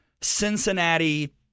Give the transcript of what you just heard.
Cincinnati